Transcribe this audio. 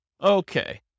Okay